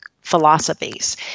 philosophies